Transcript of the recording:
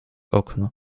okno